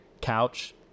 couch